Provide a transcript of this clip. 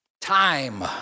Time